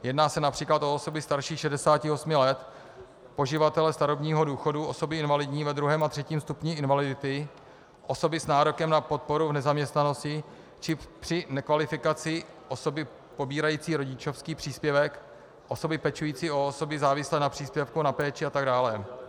Jedná se například o osoby starší 68 let, poživatele starobního důchodu, osoby invalidní ve druhém a třetím stupni invalidity, osoby s nárokem na podporu v nezaměstnanosti či při nekvalifikaci osoby pobírající rodičovský příspěvek, osoby pečující o osoby závislé na příspěvku na péči a tak dále.